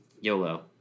YOLO